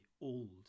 old